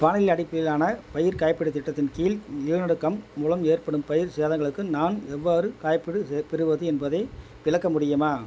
வானிலை அடிப்பிடையிலான பயிர் காப்பீடுத் திட்டத்தின் கீழ் நிலநடுக்கம் மூலம் ஏற்படும் பயிர் சேதங்களுக்கு நான் எவ்வாறு காப்பீடு ச பெறுவது என்பதை விளக்க முடியுமா